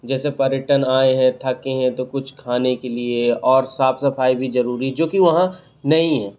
जैसे पर्यटन आए हैं थके हैं तो कुछ खाने के लिए और साफ़ सफ़ाई भी ज़रूरी जो कि वहाँ नहीं है